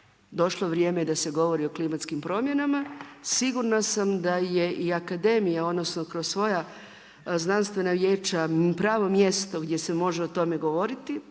došlo vrijeme da se govori o klimatskim promjenama. Sigurna sam da je i akademija, odnosno kroz svoja znanstvena vijeća pravo mjesto gdje se može o tome govoriti,